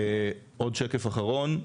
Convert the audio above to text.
עוד שקף אחרון.